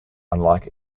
unlike